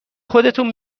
خودتون